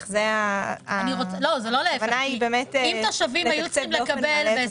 אם תושבים היו צריכים לקבל ב-20',